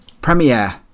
premiere